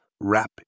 wrap